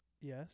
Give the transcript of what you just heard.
Yes